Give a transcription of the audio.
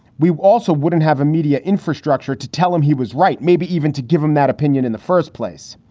we also wouldn't have a media infrastructure to tell him he was right, maybe even to give him that opinion in the first place.